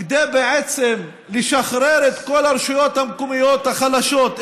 כדי בעצם לשחרר את כל הרשויות המקומיות החלשות,